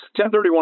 1031